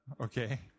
okay